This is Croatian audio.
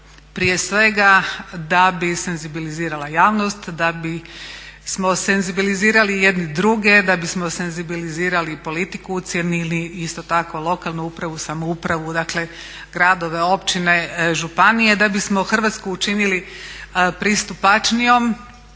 prije svega da bi senzibilizirala javnost, da bismo senzibilizirali jedni druge, da bismo senzibilizirali politiku, … isto tako lokalnu upravu, samoupravu, dakle gradove, općine, županije, da bismo Hrvatsku učinili pristupačnijom,